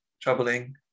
Troubling